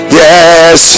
yes